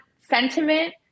sentiment